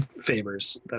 favors